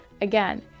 again